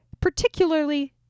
particularly